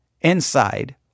inside